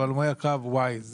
הלומי הקב Y,